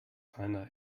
einer